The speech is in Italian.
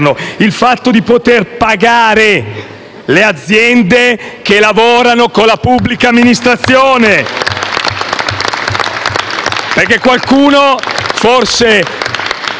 il fatto di poter pagare le aziende che lavorano con la pubblica amministrazione